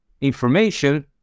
information